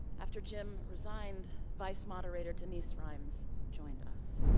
after jim resigned, vice moderator denise rimes joined us.